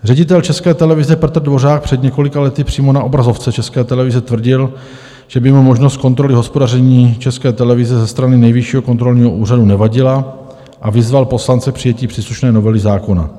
Ředitel České televize Petr Dvořák před několika lety přímo na obrazovce České televize tvrdil, že by mu možnost kontroly hospodaření České televize ze strany Nejvyššího kontrolního úřadu nevadila, a vyzval poslance k přijetí příslušné novely zákona.